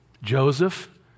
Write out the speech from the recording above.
Joseph